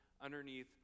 underneath